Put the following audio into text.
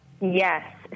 Yes